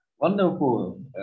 wonderful